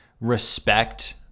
respect